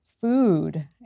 food